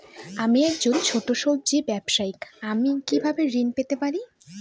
আমি একজন ছোট সব্জি ব্যবসায়ী আমি কিভাবে ঋণ পেতে পারি?